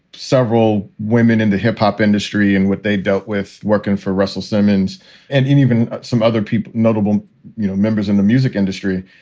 several women in the hip hop industry and what they dealt with working for russell simmons and even some other people, notable you know members in the music industry.